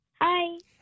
Hi